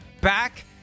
back